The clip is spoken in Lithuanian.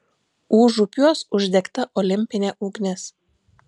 užupiuos uždegta olimpinė ugnis